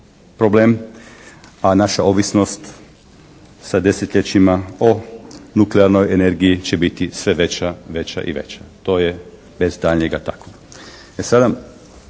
problem. A naša ovisnost sa desetljećima o nuklearnoj energiji će biti sve veća, veća i veća. To je bez daljnjega tako.